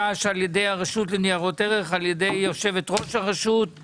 על ידי יושבת-ראש הרשות לניירות ערך,